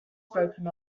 broken